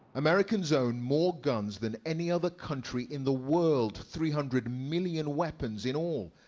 americans own more guns than any other country in the world. three hundred million weapons in all.